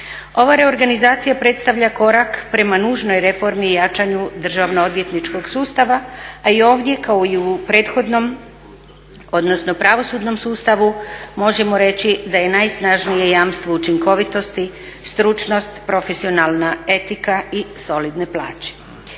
Ova reorganizacija predstavlja korak prema nužnoj reformi i jačanju državno odvjetničkog sustava, a i ovdje kao i u prethodnom odnosno pravosudnom sustavu možemo reći da je najsnažnije jamstvo učinkovitosti stručnost, profesionalna etika i solidne plaće.